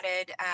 added